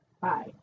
Bye